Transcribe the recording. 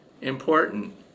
important